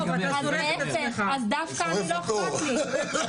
אז להפך, אז דווקא אני לא אכפת לי.